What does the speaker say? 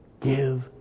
give